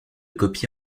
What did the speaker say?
copie